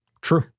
True